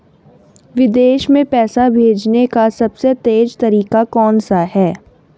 विदेश में पैसा भेजने का सबसे तेज़ तरीका कौनसा है?